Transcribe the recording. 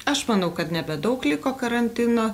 aš manau kad nebedaug liko karantino